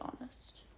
honest